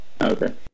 Okay